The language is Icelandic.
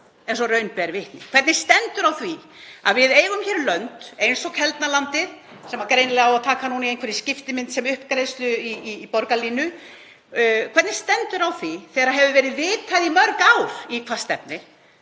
eins og raun ber vitni? Hvernig stendur á því að við eigum hér land eins og Keldnalandið sem greinilega á að taka núna í einhverri skiptimynt sem uppgreiðslu í borgarlínu? Hvernig stendur á því þegar hefur verið vitað í mörg ár í hvað stefni